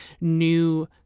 new